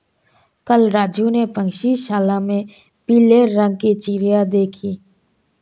कल राजू ने पक्षीशाला में पीले रंग की चिड़िया देखी